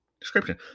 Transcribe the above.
description